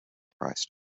priced